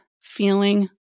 feeling